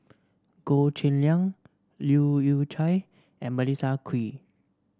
Goh Cheng Liang Leu Yew Chye and Melissa Kwee